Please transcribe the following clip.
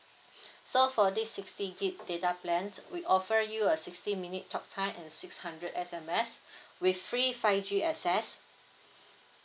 so for this sixty gigabyte data plan we offer you a sixty minute talk time and six hundred S_M_S with free five G access